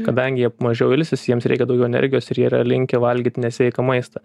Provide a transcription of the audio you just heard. kadangi jie mažiau ilsisi jiems reikia daugiau energijos ir jie yra linkę valgyt nesveiką maistą